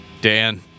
dan